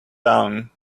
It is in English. down